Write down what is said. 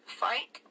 fight